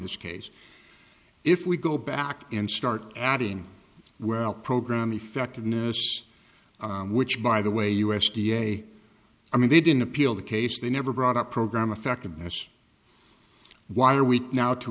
this case if we go back and start adding well program effectiveness which by the way u s d a i mean they didn't appeal the case they never brought a program effectiveness why are we now to